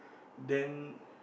then